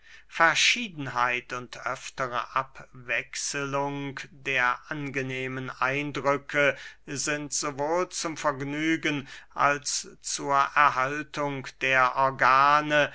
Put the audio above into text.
verschiedenheit und öftere abwechslung der angenehmen eindrücke sind sowohl zum vergnügen als zur erhaltung der organe